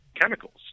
chemicals